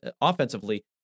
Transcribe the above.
offensively